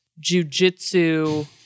jujitsu